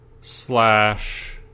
slash